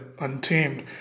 untamed